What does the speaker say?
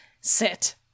sit